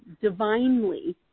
divinely